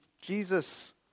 Jesus